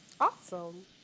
Awesome